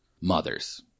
mothers